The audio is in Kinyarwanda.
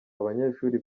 abanyeshuri